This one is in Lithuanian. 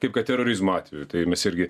kaip kad terorizmo atveju tai mes irgi